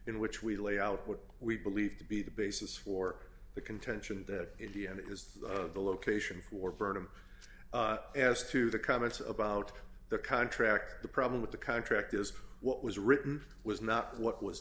in which we lay out what we believe to be the basis for the contention that indian it is the location for burnham as to the comments about the contract the problem with the contract is what was written was not what was